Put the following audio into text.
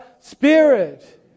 Spirit